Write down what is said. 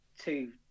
two